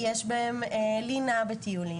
שיש בהם לינה בטיולים